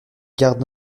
gardes